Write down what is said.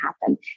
happen